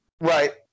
Right